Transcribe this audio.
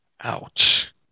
Ouch